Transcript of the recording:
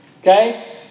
Okay